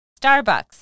Starbucks